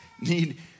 need